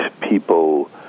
people